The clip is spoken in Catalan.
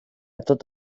tot